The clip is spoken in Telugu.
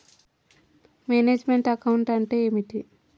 మేనేజ్ మెంట్ అకౌంట్ అంటే ఏమిటి?